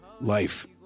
life